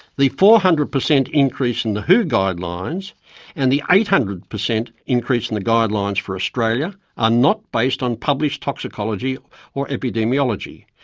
the four hundred percent increase in the who guidelines and the eight hundred percent increase in the guidelines for australia are not based on published toxicology or epidemiology.